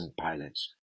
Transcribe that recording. pilots